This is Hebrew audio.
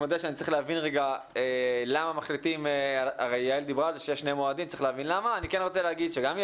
יעל דיברה על זה שיש שני מועדים, אני מודה